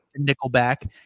Nickelback